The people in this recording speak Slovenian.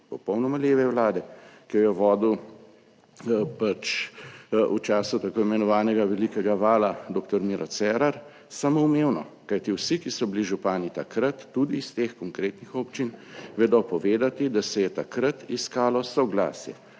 popolnoma leve vlade, ki jo je vodil pač, v času tako imenovanega velikega vala doktor Miro Cerar, samoumevno? Kajti vsi, ki so bili župani takrat, tudi iz teh konkretnih občin, vedo povedati, da se je takrat iskalo soglasje